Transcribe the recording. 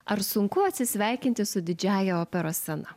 ar sunku atsisveikinti su didžiąja operos scena